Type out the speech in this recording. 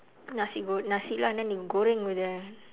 nasi go~ lah then the goreng with the